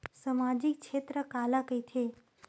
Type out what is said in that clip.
सामजिक क्षेत्र काला कइथे?